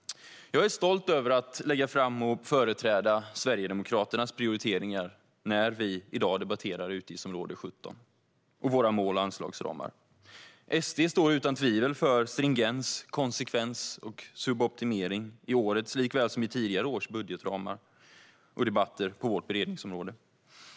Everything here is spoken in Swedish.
Jag är stolt över att lägga fram och företräda Sverigedemokraternas prioriteringar, mål och anslagsramar när kulturutskottet i dag debatterar utgiftsområde 17. SD står utan tvivel för stringens, konsekvens och suboptimering i årets likväl som i tidigare års budgetdebatter på kulturutskottets beredningsområde.